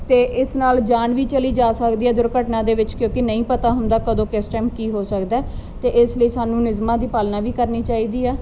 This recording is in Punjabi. ਤੇ ਇਸ ਨਾਲ ਜਾਨ ਵੀ ਚਲੀ ਜਾ ਸਕਦੀ ਹੈ ਦੁਰਘਟਨਾ ਦੇ ਵਿੱਚ ਕਿਉਂਕਿ ਨਹੀਂ ਪਤਾ ਹੁੰਦਾ ਕਦੋਂ ਕਿਸ ਟਾਈਮ ਕੀ ਹੋ ਸਕਦਾ ਤੇ ਇਸ ਲਈ ਸਾਨੂੰ ਨਿਯਮਾਂ ਦੀ ਪਾਲਣਾ ਵੀ ਕਰਨੀ ਚਾਹੀਦੀ ਆ